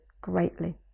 greatly